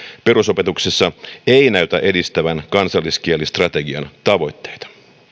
perusopetuksessa ei näytä edistävän kansalliskielistrategian tavoitteita